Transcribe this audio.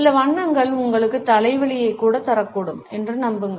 சில வண்ணங்கள் உங்களுக்கு தலைவலியைக் கூட தரக்கூடும் என்று நம்புங்கள்